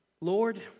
Lord